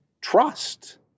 trust